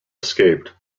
escaped